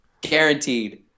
Guaranteed